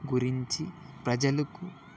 గురించి ప్రజలకు